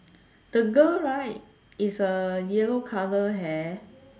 the girl right is a yellow colour hair